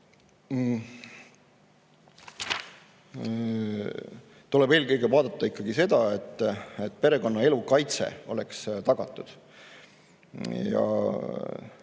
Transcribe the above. tuleb eelkõige vaadata ikkagi seda, et perekonnaelu kaitse oleks tagatud. Ja